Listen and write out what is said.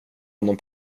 honom